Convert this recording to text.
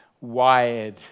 wired